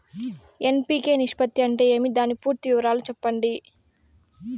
NPK నిష్పత్తి అంటే ఏమి దాని పూర్తి వివరాలు సెప్పండి?